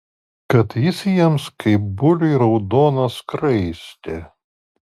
kad jis jiems kaip buliui raudona skraistė